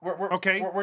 Okay